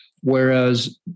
whereas